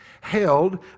Held